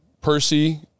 Percy